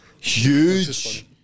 Huge